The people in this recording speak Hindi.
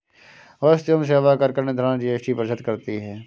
वस्तु एवं सेवा कर का निर्धारण जीएसटी परिषद करती है